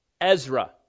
Ezra